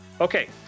Okay